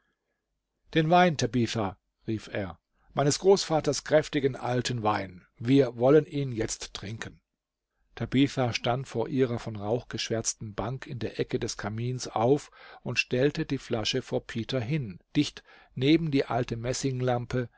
den wein tabitha rief er meines großvaters kräftigen alten wein wir wollen ihn jetzt trinken tabitha stand von ihrer von rauch geschwärzten bank in der ecke des kamins auf und stellte die flasche vor peter hin dicht neben die alte